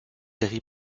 série